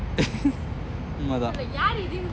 உண்மதான்:unmathan